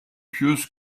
pieuse